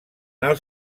els